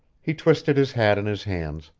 he twisted his hat in his hands,